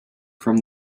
from